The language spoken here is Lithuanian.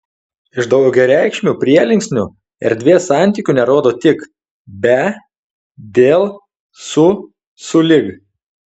iš daugiareikšmių prielinksnių erdvės santykių nerodo tik be dėl su sulig